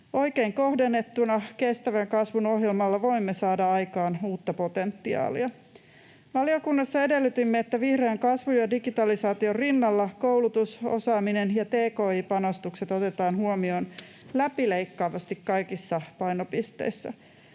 Oikein kohdennettuna kestävän kasvun ohjelmalla voimme saada aikaan uutta potentiaalia. Valiokunnassa edellytimme, että vihreän kasvun ja digitalisaation rinnalla koulutus, osaaminen ja tki-panostukset otetaan huomioon läpileikkaavasti kaikissa painopisteissä.